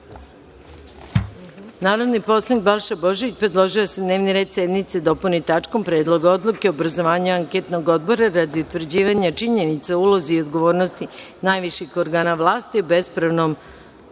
predlog. Narodni poslanik Balša Božović, predložio je da se dnevni red sednice dopuni tačkom - Predlog odluke o obrazovanju Anketnog odbora radi utvrđivanja činjenica o ulozi i odgovornosti najviših organa vlasti u bespravnom rušenju